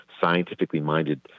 scientifically-minded